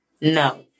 no